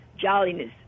jolliness